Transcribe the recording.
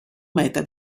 meta